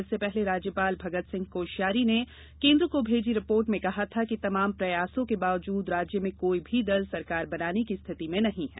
इससे पहले राज्यपाल भगतसिंह कोश्याारी ने केन्द्र को भेजी रिपोर्ट में कहा था कि तमाम प्रयासों के बावजूद राज्य में कोई भी दल सरकार बनाने की स्थिति में नहीं है